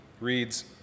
reads